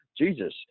Jesus